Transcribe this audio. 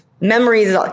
memories